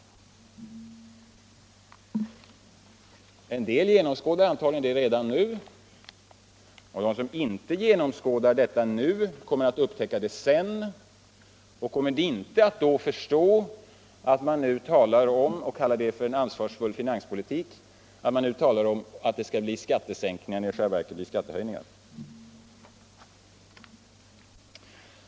En del genomskådar antagligen detta redan nu, och de som inte upptäcker det nu kommer att göra det sedan. Då kommer de inte att förstå hur man kan tala om skattesänkningar och kalla det en ansvarsfull finanspolitik när det i själva verket blir skattehöjningar.